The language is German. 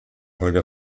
holger